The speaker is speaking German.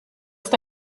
ist